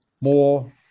more